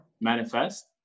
manifest